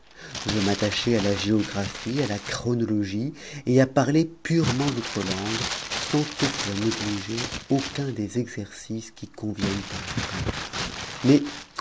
je m'attachai à la géographie à la chronologie et à parler purement notre langue sans toutefois négliger aucun des exercices qui conviennent à un prince mais